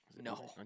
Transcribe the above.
No